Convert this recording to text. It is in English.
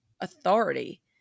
authority